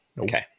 Okay